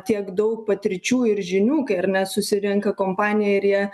tiek daug patirčių ir žinių kai ar ne susirenka kompanija ir jie